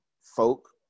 folk